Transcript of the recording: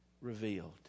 revealed